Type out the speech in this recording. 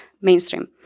mainstream